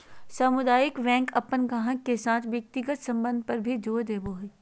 सामुदायिक बैंक अपन गाहक के साथ व्यक्तिगत संबंध पर भी जोर देवो हय